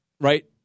right